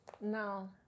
No